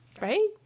Right